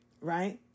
right